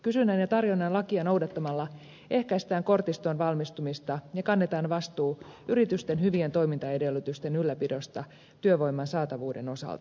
kysynnän ja tarjonnan lakia noudattamalla ehkäistään kortistoon valmistumista ja kannetaan vastuu yritysten hyvien toimintaedellytysten ylläpidosta työvoiman saatavuuden osalta